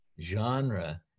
genre